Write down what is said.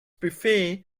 buffet